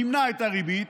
מימנה את הריבית,